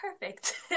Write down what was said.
Perfect